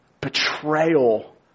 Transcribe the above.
betrayal